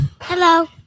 Hello